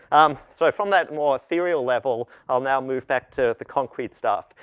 um, so from that more authorial level, i'll now move back to the concrete stuff.